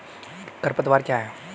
खरपतवार क्या है?